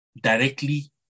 directly